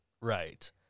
Right